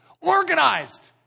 organized